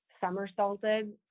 somersaulted